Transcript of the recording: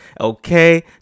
okay